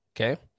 Okay